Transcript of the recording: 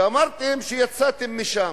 אמרתם שיצאתם משם,